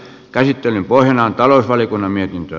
käsittelyn pohjana on talousvaliokunnan mietintö